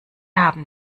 haben